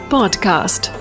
Podcast